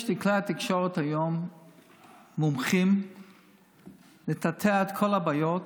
שיש בכלי התקשורת היום מומחים בלטאטא את כל הבעיות